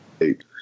eight